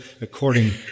according